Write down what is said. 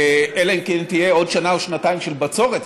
אלא אם כן יהיו עוד שנה או שנתיים של בצורת,